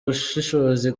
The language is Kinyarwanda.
ubushishozi